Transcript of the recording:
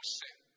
sin